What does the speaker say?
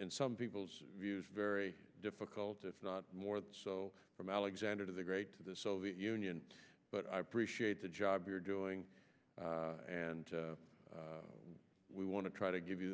in some people's views very difficult if not more so from alexander the great to the soviet union but i appreciate the job you're doing and we want to try to give you